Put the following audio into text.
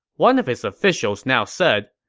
one of his officials now said,